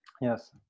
Yes